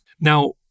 Now